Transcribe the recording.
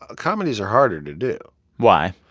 ah comedies are harder to do why?